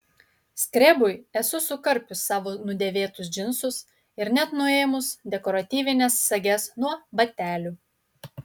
skrebui esu sukarpius savo nudėvėtus džinsus ir net nuėmus dekoratyvines sages nuo batelių